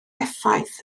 effaith